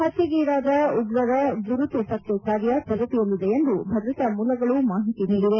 ಹತ್ನೆಗೀಡಾದ ಉಗ್ರರ ಗುರುತು ಪತ್ತೆ ಕಾರ್ಯ ಪ್ರಗತಿಯಲ್ಲಿದೆ ಎಂದು ಭದ್ರತಾ ಮೂಲಗಳು ಮಾಹಿತಿ ನೀಡಿವೆ